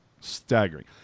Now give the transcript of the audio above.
Staggering